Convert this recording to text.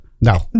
No